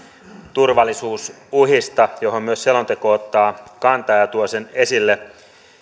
turvallisuusuhista johon myös selonteko ottaa kantaa ja ja tuo sen esille